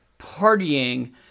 partying